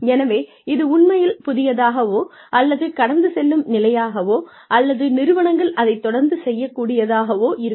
எனவே இது உண்மையில் புதியதாகவோ அல்லது கடந்து செல்லும் நிலையாகவோ அல்லது நிறுவனங்கள் அதைத் தொடர்ந்து செய்யக்கூடியதாகவோ இருக்கும்